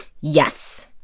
yes